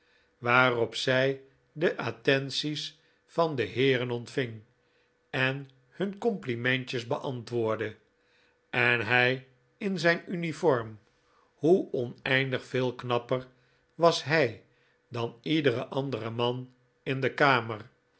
waarop zij de attenties van de heeren ontving en hun complimentjes beantwoordde en hij in zijn uniform hoe oneindig veel knapper was hij dan iedere andere man in de kamer